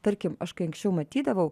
tarkim aš kai anksčiau matydavau